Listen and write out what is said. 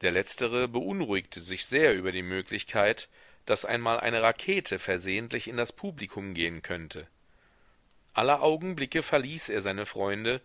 der letztere beunruhigte sich sehr über die möglichkeit daß einmal eine rakete versehentlich in das publikum gehen könnte aller augenblicke verließ er seine freunde